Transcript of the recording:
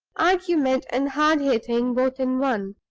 argument and hard hitting both in one.